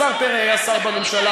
השר פרי היה שר בממשלה.